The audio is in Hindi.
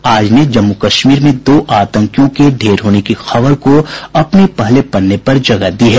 आज ने जम्मू कश्मीर में दो आतंकियों के ढेर होने की खबर को अपने पहले पन्ने पर जगह दी है